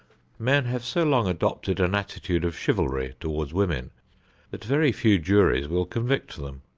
men have so long adopted an attitude of chivalry toward women that very few juries will convict them.